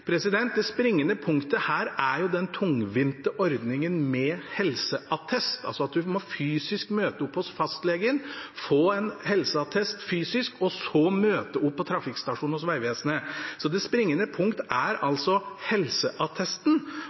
Det springende punktet er den tungvinte ordningen med helseattest: at en må møte fysisk opp hos fastlegen, få en fysisk helseattest, og så møte opp på trafikkstasjonen hos Vegvesenet. Det springende punkt er altså helseattesten,